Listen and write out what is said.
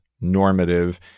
normative